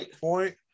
point